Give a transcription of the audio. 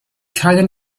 keinen